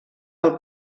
del